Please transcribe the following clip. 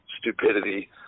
stupidity